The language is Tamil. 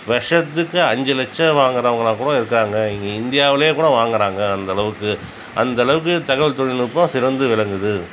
வருஷத்துக்கு அஞ்சு லட்சம் வாங்குகிறவுங்கலாம் கூட இருக்கிறாங்க இந்தியாவில் கூட வாங்கறாங்க அந்த அளவுக்கு அந்த அளவுக்கு தகவல் தொழில்நுட்பம் சிறந்து விளங்குது